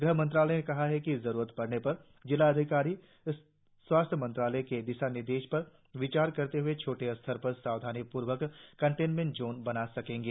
गृह मंत्रालय ने कहा है कि जरूरत पडने पर जिलाधिकारी स्वास्थ्य मंत्रालय के दिशा निर्देशों पर विचार करते हुए छोटे स्तर पर सावधानीपूर्वक कंटेनमेंट जोन बना सकेंगे